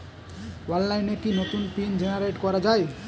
অনলাইনে কি নতুন পিন জেনারেট করা যায়?